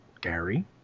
Gary